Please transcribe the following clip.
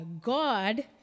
God